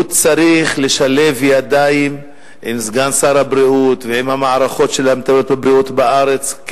הוא צריך לשלב ידיים עם סגן שר הבריאות ועם המערכות של הבריאות בארץ,